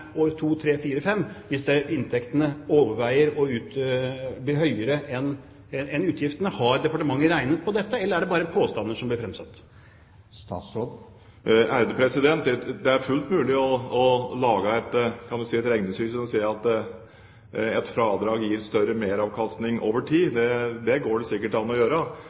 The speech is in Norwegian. år to, tre, fire og fem, hvis inntektene blir høyere enn utgiftene? Har departementet regnet på det, eller er det bare påstander som blir fremsatt? Det er fullt mulig å lage et regnestykke som sier at et fradrag gir større meravkastning over tid. Det er klart at 160 mill. kr – eller hva det